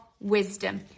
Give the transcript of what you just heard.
wisdom